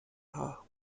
haar